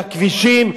בכבישים,